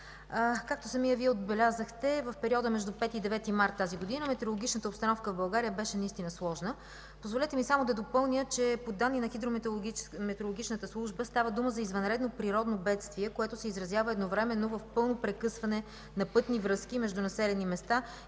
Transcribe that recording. както самият Вие отбелязахте, в периода между 5 и 9 март 2015 г. метеорологичната обстановка в България беше наистина сложна. Позволете ми само да допълня, че по данни на хидрометереологичната служба става дума за извънредно природно бедствие, която се изразява едновременно в пълно прекъсване на пътни връзки между населени места